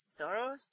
Soros